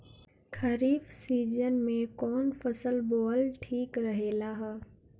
खरीफ़ season में कौन फसल बोअल ठिक रहेला ह?